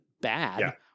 bad